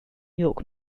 york